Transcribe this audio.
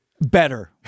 Better